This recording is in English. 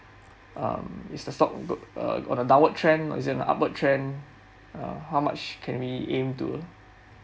um is the stock goo~ uh on the downward trend is it on upward trend uh how much can we aim to